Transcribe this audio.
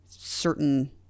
certain